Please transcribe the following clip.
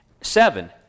Seven